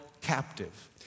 captive